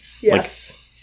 Yes